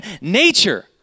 nature